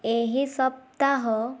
ଏହି ସପ୍ତାହ